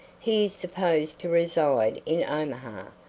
he is supposed to reside in omaha,